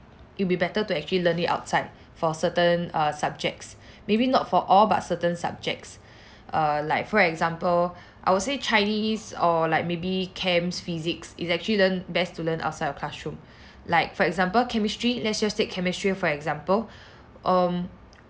it'll be better to actually learn it outside for certain uh subjects maybe not for all but certain subjects err like for example I would say chinese or like maybe chems physics is actually learn best to learn outside of classroom like for example chemistry let's just take chemistry for example um